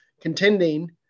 contending